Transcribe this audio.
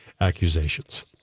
accusations